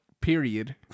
period